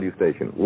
station